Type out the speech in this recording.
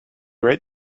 right